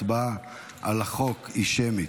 ההצבעה על החוק היא שמית.